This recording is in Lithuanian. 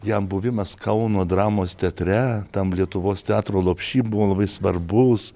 jam buvimas kauno dramos teatre tam lietuvos teatro lopšy buvo labai svarbus